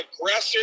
aggressive